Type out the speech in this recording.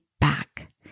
back